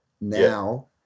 Now